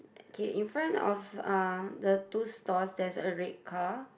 okay in front of uh the two stores there's a red car